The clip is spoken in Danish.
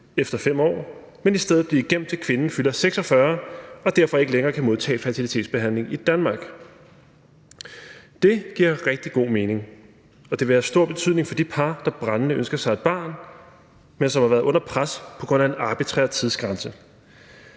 efter 5 år, men i stedet blive gemt, til kvinden fylder 46 og derfor ikke længere kan modtage fertilitetsbehandling i Danmark. Det giver rigtig god mening, og det vil have stor betydning for de par, der brændende ønsker sig et barn, men som har været under pres på grund af en arbitrær tidsgrænse.